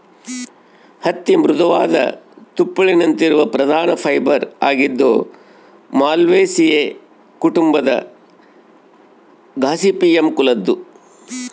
ಹತ್ತಿ ಮೃದುವಾದ ತುಪ್ಪುಳಿನಂತಿರುವ ಪ್ರಧಾನ ಫೈಬರ್ ಆಗಿದ್ದು ಮಾಲ್ವೇಸಿಯೇ ಕುಟುಂಬದ ಗಾಸಿಪಿಯಮ್ ಕುಲದ್ದು